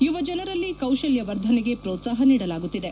ಯುವಜನರಲ್ಲಿ ಕೌಶಲ್ಯವರ್ಧನೆಗೆ ಪ್ರೋತ್ಸಾಪ ನೀಡಲಾಗುತ್ತಿದೆ